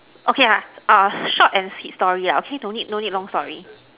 okay ah oh short and sweet story lah okay don't need don't need long story